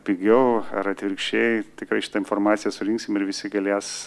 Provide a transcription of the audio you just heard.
pigiau ar atvirkščiai tikrai šitą informaciją surinksim ir visi galės